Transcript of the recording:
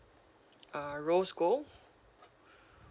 uh rose gold